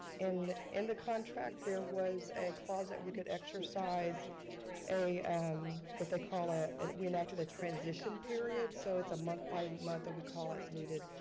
in and the contract, there was a clause that we could exercise what but they call, ah and we enacted a transition period. so it's a month by month that we call as needed.